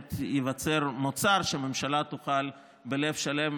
ובאמת ייווצר מוצר שהממשלה תוכל בלב שלם